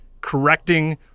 correcting